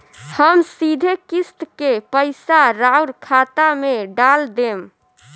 हम सीधे किस्त के पइसा राउर खाता में डाल देम?